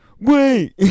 Wait